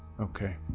Okay